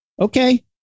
Okay